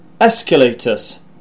Escalators